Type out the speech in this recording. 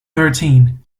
thirteen